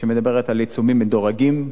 מדברת על עיצומים מדורגים,